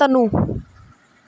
ਤਨੂੰ